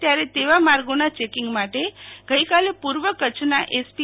ત્યારે તેવા માર્ગોના ચેકીંગ માટે ગઈકાલે પુર્વ કચ્છના એસપી